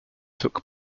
took